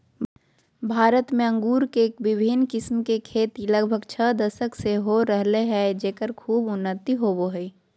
भारत में अंगूर के विविन्न किस्म के खेती लगभग छ दशक से हो रहल हई, जेकर खूब उन्नति होवअ हई